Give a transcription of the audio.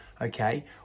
okay